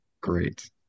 great